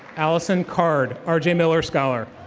allison card, arjay miller scholar.